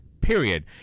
period